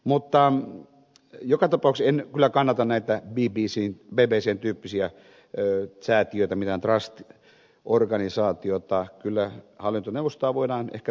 mutta joka tapauksessa en kyllä kannata näitä bbcn tyyppisiä säätiöitä mitään trust organisaatiota kyllä hallintoneuvostoa voidaan ehkä täydentämällä ajanmukaistaa